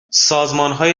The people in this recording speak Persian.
سازمانهایی